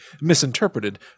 misinterpreted